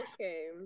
Okay